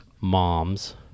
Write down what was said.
mom's